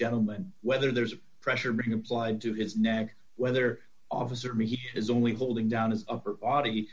gentleman whether there's a pressure being applied to his neck whether officer is only holding down his upper body